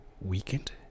weekend